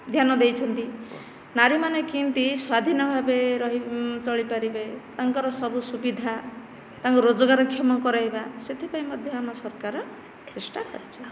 ଧ୍ୟାନ ଦେଇଛନ୍ତି ନାରୀମାନେ କେମିତି ସ୍ଵାଧୀନ ଭାବେ ରହି ଚଳିପାରିବେ ତାଙ୍କର ସବୁ ସୁବିଧା ତାଙ୍କୁ ରୋଜଗାର କ୍ଷମ କରାଇବା ସେଥିପାଇଁ ମଧ୍ୟ ଆମ ସରକାର ଚେଷ୍ଟା କରିଛନ୍ତି